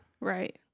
Right